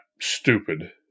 stupid